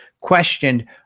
questioned